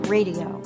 Radio